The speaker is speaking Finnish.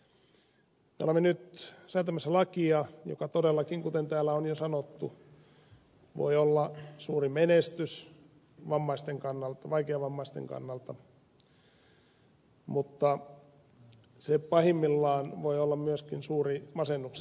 mehän olemme nyt säätämässä lakia joka todellakin kuten täällä on jo sanottu voi olla suuri menestys vaikeavammaisten kannalta mutta se pahimmillaan voi olla myöskin suuri masennuksen lähde